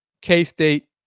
K-State